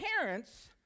parents